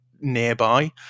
nearby